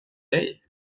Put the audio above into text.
dig